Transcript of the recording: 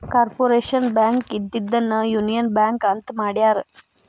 corporation bank ಇದ್ದಿದ್ದನ್ನ union bank ಅಂತ ಮಾಡ್ಯಾರ